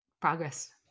Progress